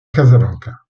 casablanca